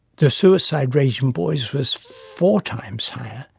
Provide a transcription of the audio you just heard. the suicide rate in boys was four times higher,